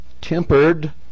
tempered